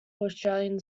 australian